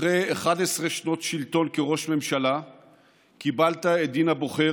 אחרי 11 שנות שלטון כראש ממשלה קיבלת את דין הבוחר